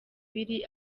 biri